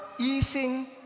easing